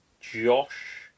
Josh